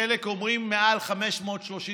חלק אומרים מעל 535,